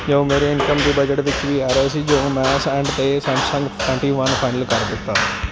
ਜੋ ਮੇਰੇ ਇਨਕਮ ਦੀ ਬਜਟ ਵਿੱਚ ਵੀ ਆ ਰਿਹਾ ਸੀ ਜੋ ਮੈਂ ਸੈਂਡ 'ਤੇ ਸੈਮਸੰਗ ਟਵੈਂਟੀ ਵੰਨ ਫਾਈਨਲ ਕਰ ਦਿੱਤਾ